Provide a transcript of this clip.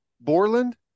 Borland